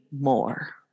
more